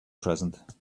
present